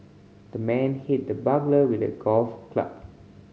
the man hit the burglar with a golf club